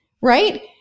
right